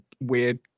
weird